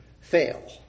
fail